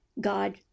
God